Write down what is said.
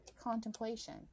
contemplation